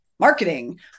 marketing